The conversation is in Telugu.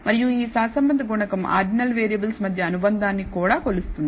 మరియు ఈ సహసంబంధ గుణకం ఆర్డినల్ వేరియబుల్ మధ్య అనుబంధాన్ని కూడా కొలుస్తుంది